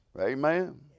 Amen